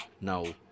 no